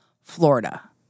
Florida